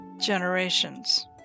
generations